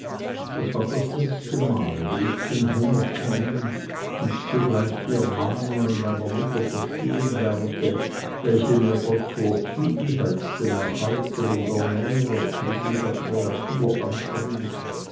das war das erste mal wo ich den hunger kennen und zugleich die ermahnungen meiner mutter verstehen lernte welche mir gott vorzüglich als den erhalter und ernährer jeglicher kreatur